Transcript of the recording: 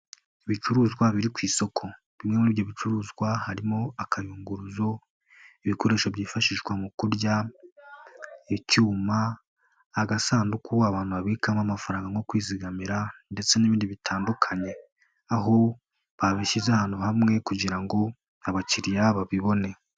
Ibicuruzwa biri ku isoko. Bimwe muri ibyo bicuruzwa, harimo akayunguruzo, ibikoresho byifashishwa mu kurya, icyuma, agasanduku abantu babikamo amafaranga nko kwizigamira ndetse n'ibindi bitandukanye, aho babishyize ahantu hamwe kugira ngo abakiriya babibone.